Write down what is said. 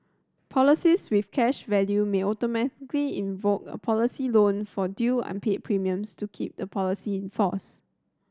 policies with cash value may automatically invoke a policy loan for due unpaid premiums to keep the policy in force